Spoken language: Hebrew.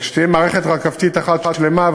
וכשתהיה מערכת רכבתית אחת שלמה,